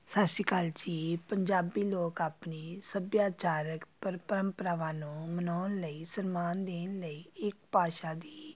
ਸਤਿ ਸ਼੍ਰੀ ਅਕਾਲ ਜੀ ਪੰਜਾਬੀ ਲੋਕ ਆਪਣੇ ਸੱਭਿਆਚਾਰਕ ਪਰ ਪਰੰਪਰਾਵਾਂ ਨੂੰ ਮਨਾਉਣ ਲਈ ਸਨਮਾਨ ਦੇਣ ਲਈ ਇੱਕ ਭਾਸ਼ਾ ਦੀ